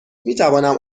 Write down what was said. میتوانم